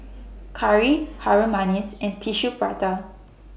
Curry Harum Manis and Tissue Prata